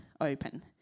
Open